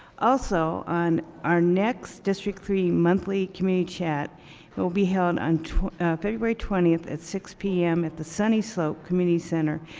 also on our next district three monthly community chat, it will be held on february twentieth at six zero p m. at the sunnyslope community center.